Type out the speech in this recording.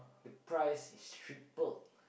the price is tripled